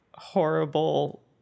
horrible